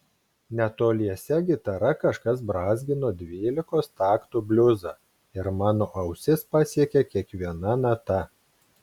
netoliese gitara kažkas brązgino dvylikos taktų bliuzą ir mano ausis pasiekė kiekviena nata